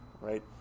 right